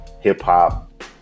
hip-hop